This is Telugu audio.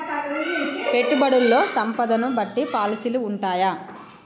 పెట్టుబడుల్లో సంపదను బట్టి పాలసీలు ఉంటయా?